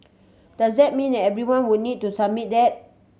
does that mean everyone would need to submit that